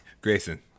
Grayson